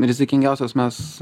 rizikingiausias mes